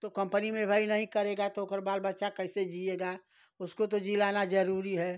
तो कम्पनी में भाई नहीं करेगा तो उसका बाल बच्चा कैसे जिएगा उसको तो जिलाना जरूरी है